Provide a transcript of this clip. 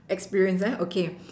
experience okay